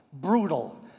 brutal